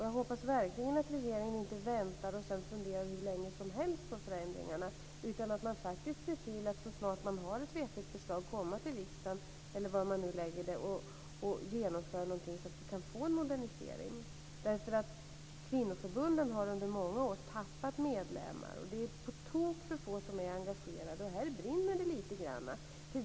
Jag hoppas verkligen att regeringen inte väntar och funderar hur länge som helst på förändringarna utan faktiskt ser till att man, så snart man har ett vettigt förslag, kommer till riksdagen - eller var man nu lägger fram det - och genomför någonting så att vi kan få en modernisering. Kvinnoförbunden har under många år tappat medlemmar. Det är på tok för få som är engagerade. Här brinner det lite grann.